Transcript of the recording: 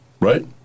right